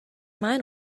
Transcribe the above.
mind